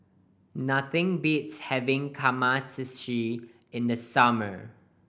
nothing beats having Kamameshi in the summer